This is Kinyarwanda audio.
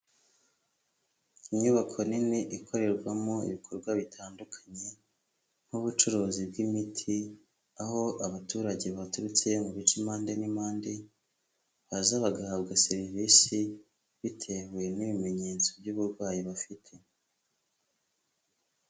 Inyubako nini, ikorerwamo ibikorwa bitandukanye, nk'ubucuruzi bw'imiti, aho abaturage baturutse mu bice impande n' impande, baza bagahabwa serivisi, bitewe n'ibimenyetso by'uburwayi bafite.